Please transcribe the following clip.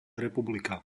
republika